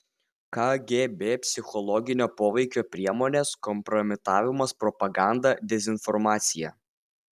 kgb psichologinio poveikio priemonės kompromitavimas propaganda dezinformacija